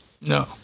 No